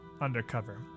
undercover